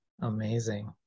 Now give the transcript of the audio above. amazing